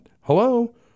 Hello